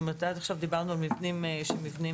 עד עכשיו דיברנו על מבנים שהם מבנים